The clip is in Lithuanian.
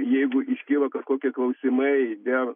jeigu iškyla kažkokie klausimai dėl